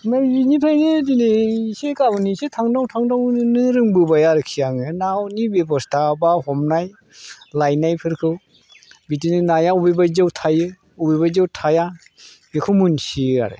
ओमफ्राय बिनिफ्रायनो दिनै एसे गाबोन एसे थांदाव थांदावनो रोंबोबाय आरोखि आङो नावनि बेबस्ता बा हमनाय लायनायफोरखौ बिदिनो नाया बबे बायदियाव थायो बबे बायदियाव थाया बेखौ मिन्थियो आरो